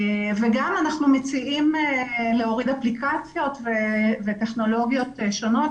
וגם אנחנו מציעים להוריד אפליקציות וטכנולוגיות שונות.